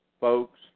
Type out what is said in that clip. folks